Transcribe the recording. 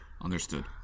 Understood